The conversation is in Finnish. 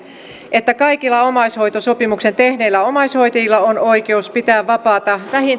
että kaikilla omaishoitosopimuksen tehneillä omaishoitajilla on oikeus pitää vapaata